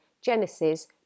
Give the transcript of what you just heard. Genesis